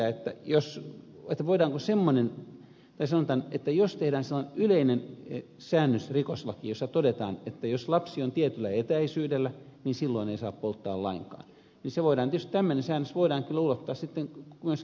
mutta jos tätä voidaanko semmonen että se on vain että rikoslakiin tehdään sellainen yleinen säännös jossa todetaan että jos lapsi on tietyllä etäisyydellä ei saa polttaa lainkaan niin tietysti tämmöinen säännös voidaan ulottaa myöskin kotiolosuhteisiin